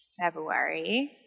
February